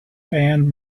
band